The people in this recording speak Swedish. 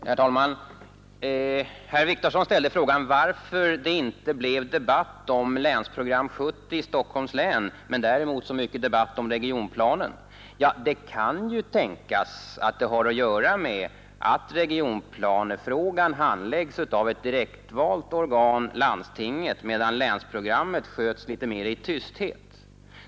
Herr talman! Herr Wictorsson ställde frågan varför det inte blev debatt om Länsprogram 70 i Stockholms län men däremot så mycken debatt om förslaget till Regionplan 70. Det kan ju tänkas att detta har att göra med att regionplanefrågan handläggs av ett direktvalt organ — landstinget — medan länsprogrammet sköts litet mer i tysthet.